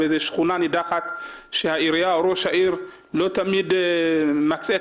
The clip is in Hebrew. שכונה נידחת שראש העיר לא תמיד מנצל את